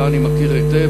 שאני מכיר היטב,